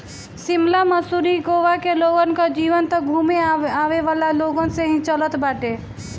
शिमला, मसूरी, गोवा के लोगन कअ जीवन तअ घूमे आवेवाला लोगन से ही चलत बाटे